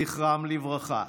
זכרם לברכה,